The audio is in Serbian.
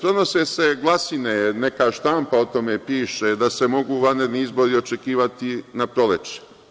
Pronose se glasine, neka štampa o tome piše da se mogu vanredni izbori očekivati na proleće.